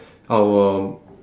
our